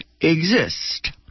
exist